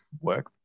work